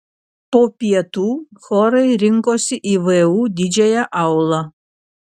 po pietų chorai rinkosi į vu didžiąją aulą